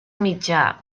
mitjà